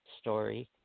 story